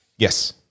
Yes